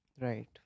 Right